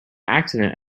accident